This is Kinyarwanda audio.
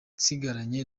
nsigaranye